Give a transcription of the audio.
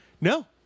No